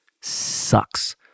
sucks